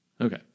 Okay